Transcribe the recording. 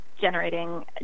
generating